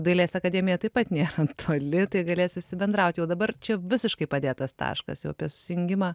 dailės akademija taip pat nėra toli tai galės visi bendraut jau dabar čia visiškai padėtas taškasjau apie susijungimą